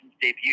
debut